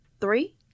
three